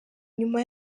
nyuma